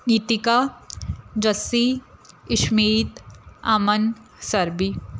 Nitika Jassi Ishmeet Aman Sarbi